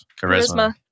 Charisma